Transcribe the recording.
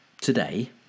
today